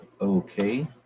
okay